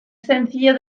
sencillo